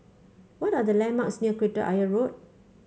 what are the landmarks near Kreta Ayer Road